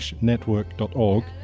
network.org